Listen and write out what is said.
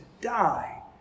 die